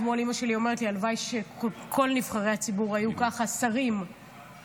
אתמול אימא שלי אומרת לי: הלוואי שכל נבחרי הציבור היו ככה שרים זמינים.